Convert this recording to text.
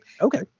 Okay